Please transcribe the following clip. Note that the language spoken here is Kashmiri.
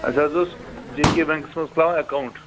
اَسہِ حظ اوس جے کے بینٛکَس منٛز کھلاوُن اٮ۪کاوُنٛٹ